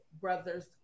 Brothers